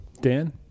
dan